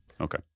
Okay